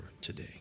today